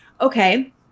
okay